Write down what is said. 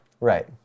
Right